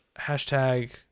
Hashtag